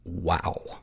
wow